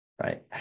right